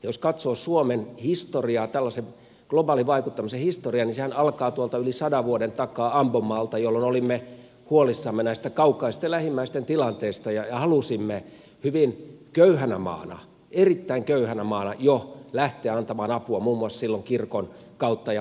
jos katsoo suomen historiaa tällaisen globaalin vaikuttamisen historiaa niin sehän alkaa tuolta yli sadan vuoden takaa ambomaalta jolloin olimme huolissamme näiden kaukaisten lähimmäisten tilanteesta ja halusimme hyvin köyhänä maana erittäin köyhänä maana jo lähteä antamaan apua silloin muun muassa kirkon kautta ja muuten